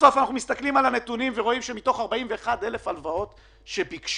אנחנו מסתכלים על הנתונים ורואים שמתוך 41,000 שביקשו